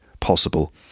possible